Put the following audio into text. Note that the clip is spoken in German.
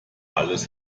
alles